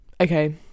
Okay